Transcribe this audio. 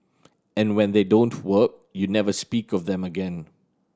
and when they don't work you never speak of them again